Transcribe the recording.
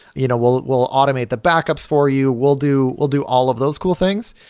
you know we'll we'll automate the backups for you. we'll do we'll do all of those cool things.